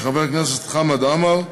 של חברי הכנסת חמד עמאר,